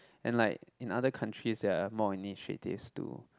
and like in other countries there are more initiatives to